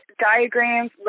diagrams